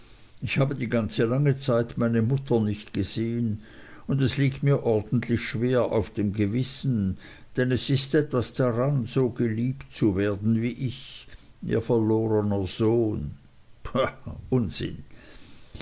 ich habe die ganze lange zeit meine mutter nicht gesehen und es liegt mir ordentlich schwer auf dem gewissen denn es ist etwas daran so geliebt zu werden wie ich ihr verlorener sohn pah unsinn